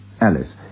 Alice